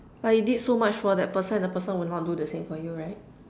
like you did so much for that person and the person will not do the same for you right